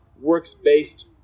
works-based